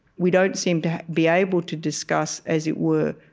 we don't seem to be able to discuss, as it were,